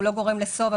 שלא גורם לשובע,